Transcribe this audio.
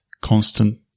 constant